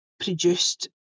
Produced